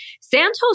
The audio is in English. Santos